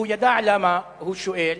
והוא ידע למה הוא שואל,